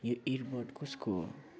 यो इयरबड कसको हो